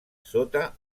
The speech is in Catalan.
sota